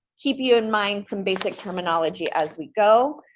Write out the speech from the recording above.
keep you in mind some basic terminology as we go.